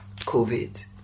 COVID